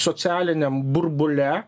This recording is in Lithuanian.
socialiniam burbule